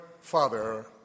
Father